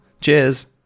Cheers